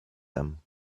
them